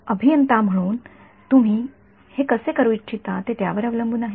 अभियंता म्हणून तुम्ही हे कसे करू इच्छिता ते आपल्यावर अवलंबून आहे